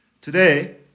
Today